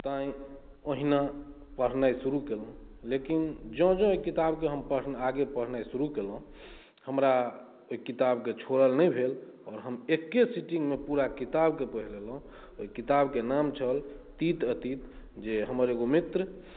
तैं ओहिना पढ़नाइ शुरू केलहुॅं लेकिन जॅं जॅं ओहि किताबके हम आगे पढ़नाइ शुरू केलहुॅं हमरा ओहि किताबके छोड़ल नहि भेल आओर हम एके सिटिंग मे पूरा किताबके पढ़ि लेलहुॅं ओहि किताब के नाम छल तीत अतीत जे हमर एगो मित्र